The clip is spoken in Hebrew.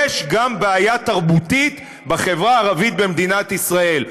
יש גם בעיה תרבותית בחברה הערבית במדינת ישראל.